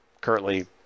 currently